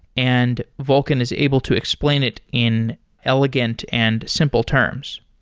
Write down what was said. and volkan is able to explain it in elegant and simple terms.